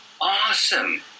awesome